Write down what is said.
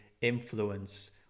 influence